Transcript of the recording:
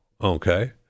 okay